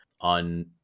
on